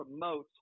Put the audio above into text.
promote